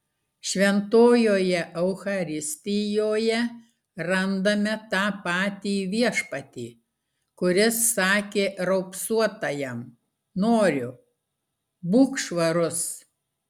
šventojoje eucharistijoje randame tą patį viešpatį kuris sakė raupsuotajam noriu būk švarus